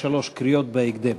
לשלוש קריאות בהקדם.